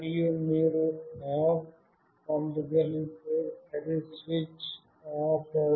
మరియు మీరు "ఆఫ్" పంపగలిగితే అది స్విచ్ ఆఫ్ అవుతుంది